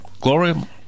Gloria